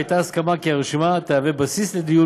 והייתה הסכמה שהרשימה תהווה בסיס לדיון